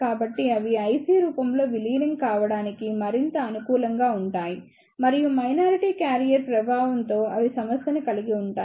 కాబట్టి అవి IC రూపంలో విలీనం కావడానికి మరింత అనుకూలంగా ఉంటాయి మరియు మైనారిటీ క్యారియర్ ప్రభావంతో అవి సమస్యని కలిగి ఉంటాయి